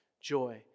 joy